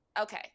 okay